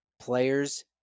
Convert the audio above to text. players